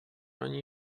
není